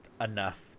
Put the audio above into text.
enough